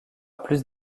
plus